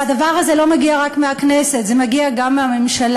והדבר הזה לא מגיע רק מהכנסת, זה מגיע גם מהממשלה.